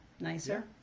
Nicer